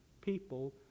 people